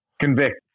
convict